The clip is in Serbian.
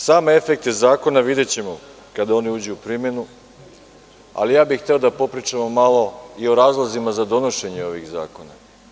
Same efekte zakona videćemo kada oni uđu u primenu, ali ja bih hteo da popričamo malo i o razlozima za donošenje ovih zakona.